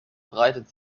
breitet